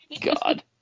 God